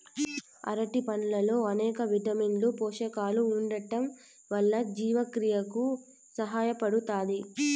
అరటి పండ్లల్లో అనేక విటమిన్లు, పోషకాలు ఉండటం వల్ల జీవక్రియకు సహాయపడుతాది